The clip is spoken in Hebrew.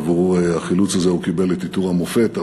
חילוץ שעליו הוא קיבל את עיטור המופת.